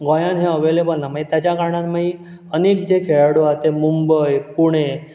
गोंयांत हे अवेलेबल ना मागीर ताच्या कारणांन काही अनेक जे खेळाडू हा ते मुंबय पूणे